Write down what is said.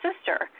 sister